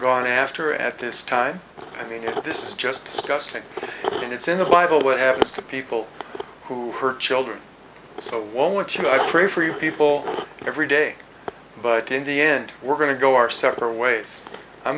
gone after at this time i mean this is just gusting and it's in the bible what happens to people who hurt children so wonted i pray for you people every day but in the end we're going to go our separate ways i'm